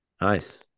Nice